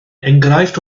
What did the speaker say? enghraifft